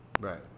Right